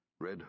Red